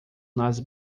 nas